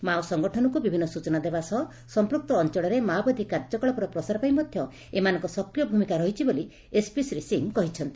Mao ସଂଗଠନକୁ ବିଭିନ୍ନ ସୂଚନା ଦେବା ସହ ସଂପୃକ୍ତ ଅଂଚଳରେ ମାଓବାଦୀ କାଯ୍ୟକଳାପର ପ୍ରସାର ପାଇଁ ମଧ୍ୟ ଏମାନଙ୍ଙ ସକ୍ରିୟ ଭୂମିକା ରହିଛି ବୋଲି ଏସପି ଶ୍ରୀ ସିଂ କହିଛନ୍ତି